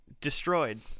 destroyed